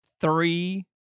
three